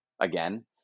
again